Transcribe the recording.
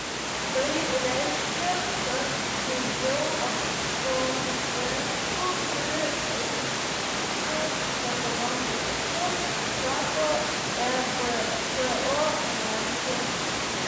tai reiškia kad daugiau absolventų turi aiškų ekonominį tikslą sako ebpo analizė